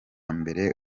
mbere